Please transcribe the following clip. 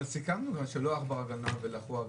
אבל סיכמנו שלא עכברא גנב אלא חורא גנב.